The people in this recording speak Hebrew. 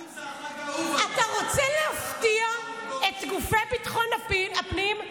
אתה רוצה להפתיע את גופי ביטחון הפנים?